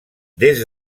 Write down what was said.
des